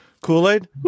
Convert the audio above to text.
Kool-Aid